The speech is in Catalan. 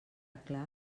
clar